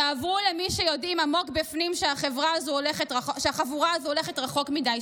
תעברו למי שיודעים עמוק בפנים שהחבורה הזו הולכת רחוק מדי,